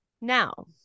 Now